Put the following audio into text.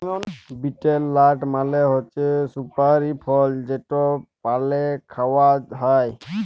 betel nut মালে হছে সুপারি ফল যেট পালে খাউয়া হ্যয়